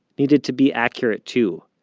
needed to be accurate too,